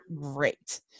great